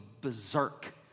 berserk